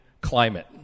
climate